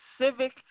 civic